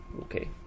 Okay